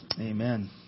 Amen